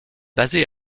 basée